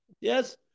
Yes